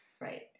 Right